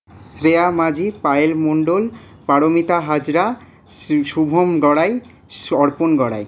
Shreya Majhi Payel Mondal Paromita Hazra Shri Shubham Garai Arpan Gorai